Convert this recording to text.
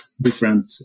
different